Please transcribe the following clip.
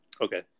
Okay